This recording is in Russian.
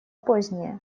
позднее